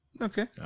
Okay